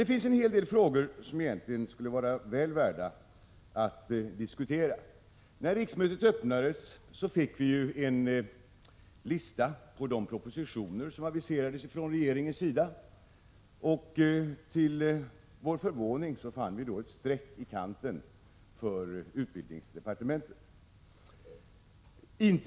Det finns dock en hel del frågor som är väl värda att diskutera. När riksmötet öppnades fick vi en lista över de propositioner som aviserats från regeringens sida. Till vår förvåning fann vi då ett streck i kanten när det gäller utbildningsdepartementet.